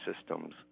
systems